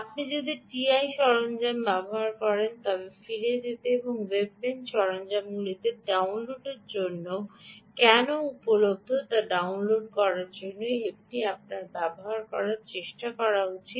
আপনি যদি টিআই সরঞ্জাম ব্যবহার করছেন তবে ফিরে যেতে এবং ওয়েবেঞ্চ সরঞ্জামগুলি ডাউনলোডের জন্য কেন উপলব্ধ তা ডাউনলোড করার জন্য এটি আপনার ব্যবহার করার চেষ্টা করছেন